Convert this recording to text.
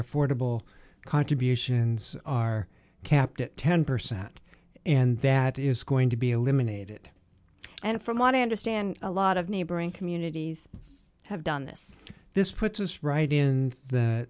affordable contributions are capped at ten percent and that is going to be eliminated and from what i understand a lot of neighboring communities have done this this puts us right in the